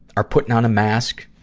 are putting on a mask,